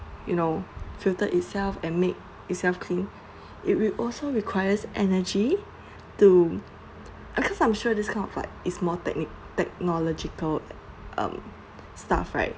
you know filtered itself and make itself clean it will also require energy to of course I'm sure this kind of like it's more technique technological um stuff right